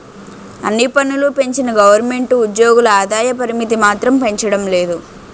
అన్ని పన్నులూ పెంచిన గవరమెంటు ఉజ్జోగుల ఆదాయ పరిమితి మాత్రం పెంచడం లేదు